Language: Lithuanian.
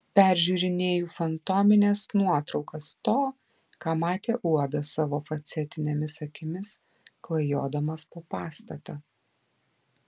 peržiūrinėju fantomines nuotraukas to ką matė uodas savo facetinėmis akimis klajodamas po pastatą